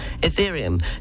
Ethereum